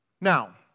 Now